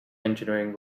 engineering